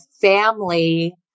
family